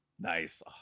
Nice